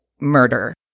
murder